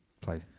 play